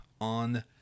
on